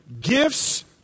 Gifts